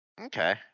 Okay